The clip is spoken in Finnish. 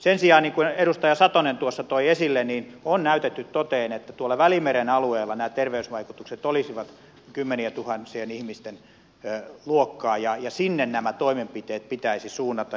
sen sijaan niin kuin edustaja satonen tuossa toi esille on näytetty toteen että tuolla välimeren alueella nämä terveysvaikutukset olisivat kymmenientuhansien ihmisten luokkaa ja sinne nämä toimenpiteet pitäisi suunnata